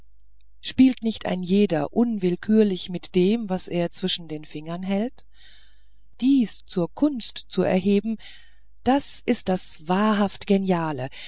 spielt nicht ein jeder unwillkürlich mit dem was er zwischen den fingern hält dies zur kunst zu erheben das ist das wahrhaft geniale